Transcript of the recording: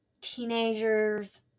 teenagers